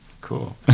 Cool